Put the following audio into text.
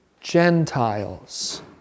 Gentiles